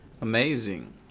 Amazing